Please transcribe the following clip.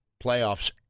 playoffs